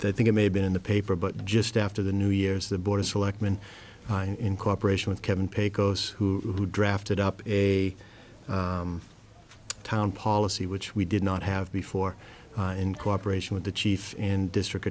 think it may have been in the paper but just after the new years the board of selectmen in cooperation with kevin pecos who drafted up a town policy which we did not have before in cooperation with the chief and district